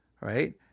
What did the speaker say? right